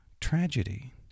tragedy